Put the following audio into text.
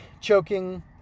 choking